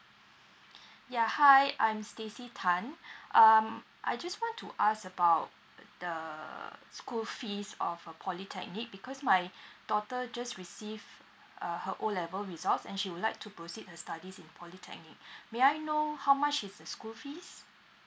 ya hi I'm stacy tan um I just want to ask about the school fees of a polytechnic because my daughter just receive uh her O level results and she would like to proceed her studies in polytechnic may I know how much is the school fees